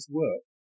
work